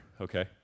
okay